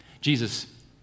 Jesus